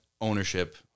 ownership